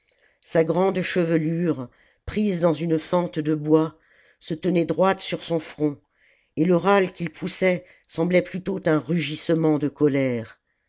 sa grande chevelure prise dans une fente de bois se tenait droite sur son front et le râle qu'il poussait semblait plutôt un rugissement de colère